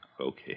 Okay